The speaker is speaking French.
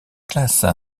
classe